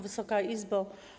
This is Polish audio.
Wysoka Izbo!